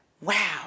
Wow